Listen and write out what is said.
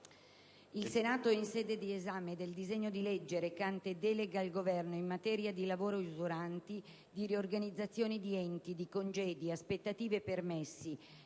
«Il Senato, in sede di esame del disegno di legge recante "Deleghe al Governo in materia di lavori usuranti, di riorganizzazione di enti, di congedi, aspettative e permessi,